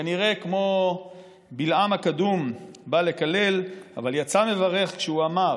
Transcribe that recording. שכנראה כמו בלעם הקדום בא לקלל אבל יצא מברך כשהוא אמר: